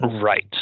Right